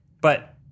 But-